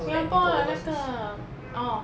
Singapore 的那个 oh